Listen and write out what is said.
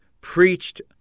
preached